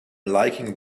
liking